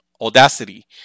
Audacity